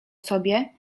sobie